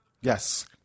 Yes